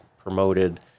promoted